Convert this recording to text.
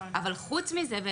אבל חוץ מזה,